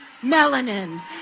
melanin